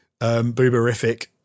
booberific